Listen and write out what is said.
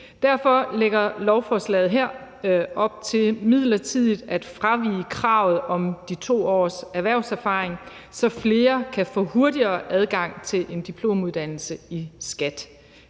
Derfor lægger lovforslaget her op til midlertidigt at fravige kravet om de 2 års erhvervserfaring, så flere kan få en hurtigere adgang til en diplomuddannelse i skat.